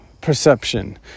perception